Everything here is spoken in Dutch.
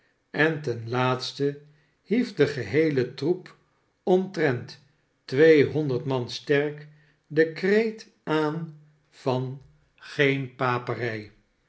en ten laatste hief de geheele troep omtrent tweehonderd man sterk den kreet aan van geen paperij